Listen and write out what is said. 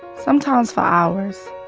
sometimes for hours.